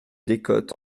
décote